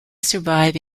survive